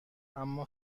اما